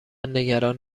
نگران